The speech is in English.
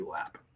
app